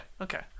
okay